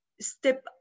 step